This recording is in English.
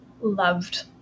loved